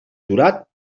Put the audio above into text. jurat